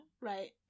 right